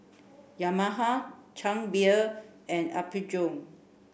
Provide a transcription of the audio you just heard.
Yamaha Chang Beer and Apgujeong